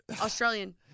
Australian